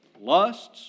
lusts